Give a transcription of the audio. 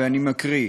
ואני מקריא: